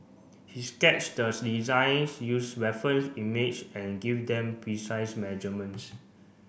he sketch the designs use reference image and give them precise measurements